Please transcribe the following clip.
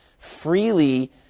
freely